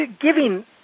giving